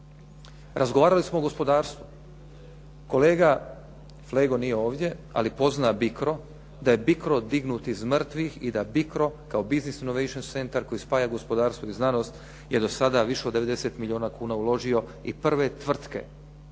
Razgovarali smo o gospodarstvu, kolega Flego nije ovdje, ali pozna Bikro, da je Bikro dignut iz mrtvih i da Bikro kao Bussiness Inovation Center koji spaja gospodarstvo i znanost je do sada više od 90 milijuna kuna uložio i prve tvrtke